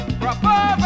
proper